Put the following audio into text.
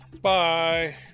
Bye